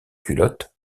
culottes